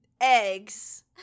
Eggs